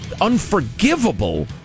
unforgivable